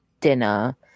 dinner